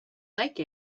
like